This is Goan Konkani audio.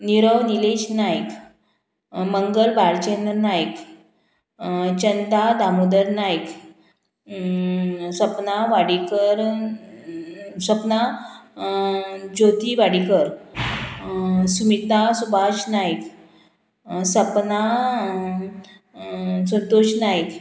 निरव निलेश नायक मंगल भालचंद्र नायक चंदा दामोदर नायक सपना वाडिकर सपना ज्योती वाडिकर सुमिता सुभाष नायक सपना संतोश नायक